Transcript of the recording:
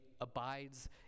abides